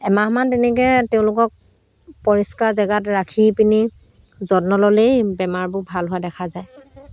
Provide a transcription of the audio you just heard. এমাহমান তেনেকৈ তেওঁলোকক পৰিষ্কাৰ জেগাত ৰাখি পিনি যত্ন ল'লেই বেমাৰবোৰ ভাল হোৱা দেখা যায়